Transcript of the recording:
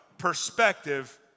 perspective